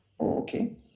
Okay